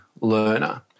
learner